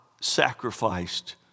sacrificed